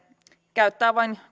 käyttää vain